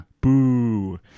Boo